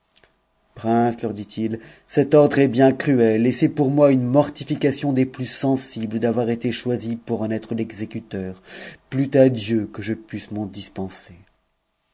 leur dit-il cet ordre est bien cruel et c'est pour moi une mortification des plus sensibles d'avoir été choisi pour en être t'executeur plût à dieu que je pusse m'en dispenser